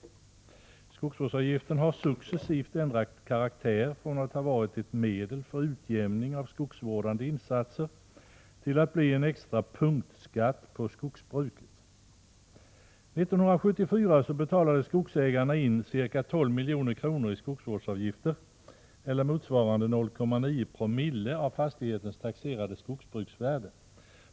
Skogsvårdsavgiften har successivt ändrat karaktär från att ha varit ett medel för utjämning av skogsvårdande insatser till att bli en extra punktskatt på skogsbruket. 1974 betalade skogsägarna in ca 12 milj.kr. i skogsvårdsavgifter —- eller motsvarande 0,9 eo av fastighetens taxerade skogsbruksvärde.